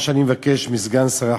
מה שאני מבקש מסגן שר החוץ,